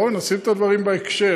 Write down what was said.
בואו נשים את הדברים בהקשר.